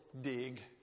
dig